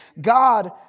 God